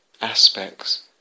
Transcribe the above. Aspects